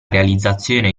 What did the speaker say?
realizzazione